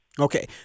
Okay